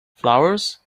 flowers